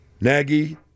Nagy